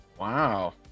Wow